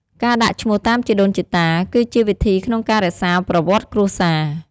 ការដាក់ឈ្មោះតាមជីដូនជីតា គឺជាវិធីក្នុងការរក្សាប្រវត្តិគ្រួសារ។